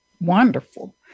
wonderful